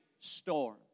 storm